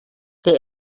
der